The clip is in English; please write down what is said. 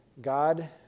God